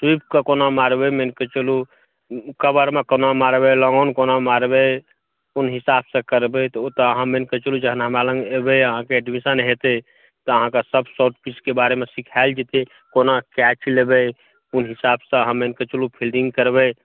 सीख कऽ कोना मारबै मानिक चलूँ कवरमे कोना मारबै लॉन्ग ऑन कोना मारबै कोन हिसाबसँ करबै तऽ ओ तऽ अहाँ मानिक चलूँ जहन हमरा लग एबै अहाँकेँ एडमिशन हेतै तऽ अहाँके सभ किछुके बारेमे सिखायल जेतै कोना कैच लेबै कोन हिसाबसँ अहाँ मानिक चलूँ फील्डिङ्ग करबै